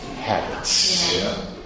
habits